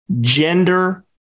gender